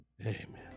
Amen